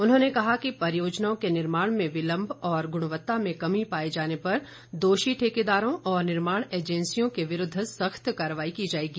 उन्होंने कहा कि परियोजनाओं के निर्माण में विलम्ब और ग्रणवत्ता में कमी पाए जाने पर दोषी ठेकेदारों और निर्माण एजेंसियों के विरूद्व सख्त कार्रवाई की जाएगी